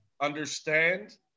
understand